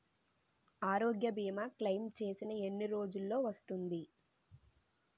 ఆరోగ్య భీమా క్లైమ్ చేసిన ఎన్ని రోజ్జులో వస్తుంది?